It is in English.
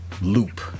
loop